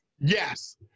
Yes